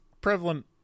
prevalent